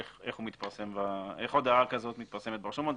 איך הודעה כזו מתפרסמת ברשומות.